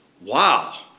Wow